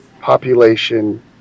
population